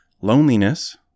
loneliness